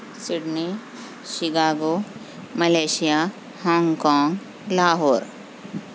Sydney Chicago Malaysia Hong Kong Lahore